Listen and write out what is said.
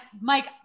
Mike